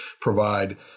provide